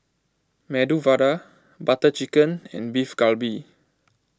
Medu Vada Butter Chicken and Beef Galbi